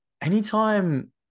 anytime